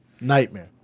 Nightmare